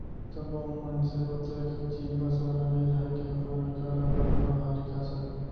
सब्बो मनसे ओतेख चीज बस वाला नइ रहय के अपन लइका ल बने पड़हा लिखा सकय